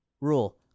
Rule